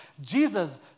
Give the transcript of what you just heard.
Jesus